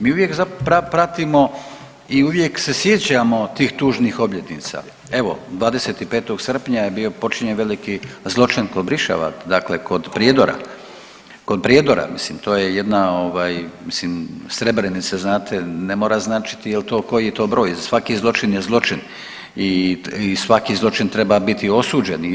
Mi uvijek pratimo i uvijek se sjećamo tih tužnih obljetnica, evo 25. srpnja je bio počinjen veliki zločin kod Briševa, dakle kod Prijedora, kod Prijedora mislim to je jedna ovaj mislim Srebrenica znate ne mora značiti jel to, koji je to broj, svaki zločin je zločin i svaki zločin treba biti osuđen.